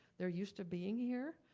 they're used to being here.